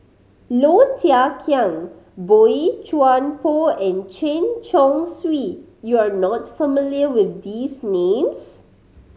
Low Thia Khiang Boey Chuan Poh and Chen Chong Swee you are not familiar with these names